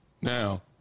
Now